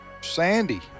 Sandy